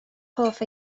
hoff